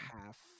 Half